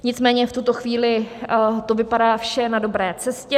Nicméně v tuto chvíli to vypadá vše na dobré cestě.